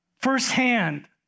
firsthand